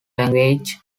language